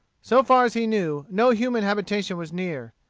so far as he knew, no human habitation was near.